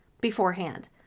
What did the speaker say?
beforehand